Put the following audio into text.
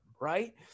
Right